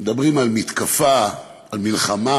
מדברים על מתקפה, על מלחמה,